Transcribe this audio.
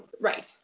Right